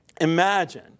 Imagine